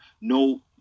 no